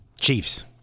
Chiefs